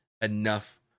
enough